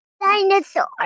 Dinosaur